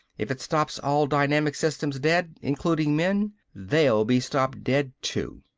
if it stops all dynamic systems dead includin' men they'll be stopped dead, too.